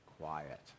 quiet